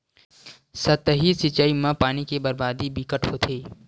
सतही सिचई म पानी के बरबादी बिकट होथे